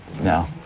No